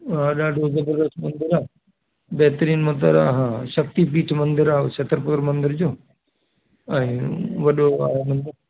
हा ॾाढो ज़बरदस्त मंदरु आहे बहितरीन मंदरु आहे हा शक्ति पीठ मंदरु छत्तरपुर मंदर जो ऐं वॾो आहे मंदरु